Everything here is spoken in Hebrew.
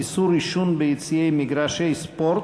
איסור עישון ביציעי מגרשי ספורט),